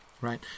right